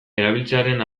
erabiltzearen